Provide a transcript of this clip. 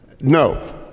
no